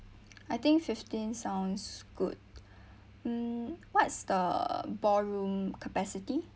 I think fifteen sounds good mm what's the boardroom capacity